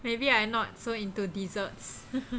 maybe I not so into desserts